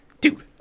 dude